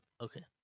okay